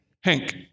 Hank